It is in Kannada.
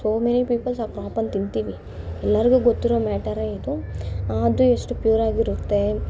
ಸೊ ಮೆನಿ ಪೀಪಲ್ಸ್ ಆ ಕ್ರಾಪನ್ನ ತಿಂತೀವಿ ಎಲ್ಲರಿಗೂ ಗೊತ್ತಿರೋ ಮ್ಯಾಟರೇ ಇದು ಅದು ಎಷ್ಟು ಪ್ಯೂರಾಗಿರುತ್ತೆ